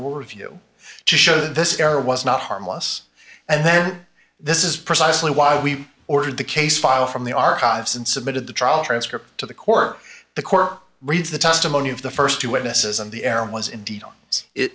review to show that this error was not harmless and then this is precisely why we ordered the case file from the archives and submitted the trial transcript to the core the court reads the testimony of the st two witnesses and the air was i